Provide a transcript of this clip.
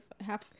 half